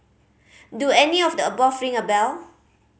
do any of the above ring a bell